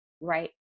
right